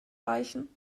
reichen